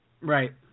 Right